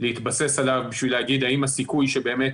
להתבסס עליו בשביל להגיד האם הסיכוי שבאמת